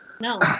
No